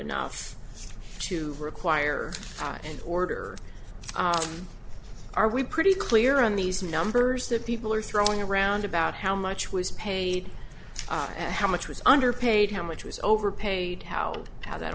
enough to require an order are we pretty clear on these numbers that people are throwing around about how much was paid and how much was underpaid how much was overpaid how how that